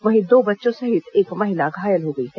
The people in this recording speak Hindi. वहीं दो बच्चों सहित एक महिला घायल हो गई है